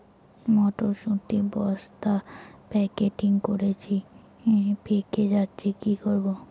মটর শুটি বস্তা প্যাকেটিং করেছি পেকে যাচ্ছে কি করব?